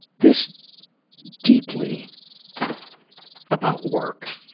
this deeply about work.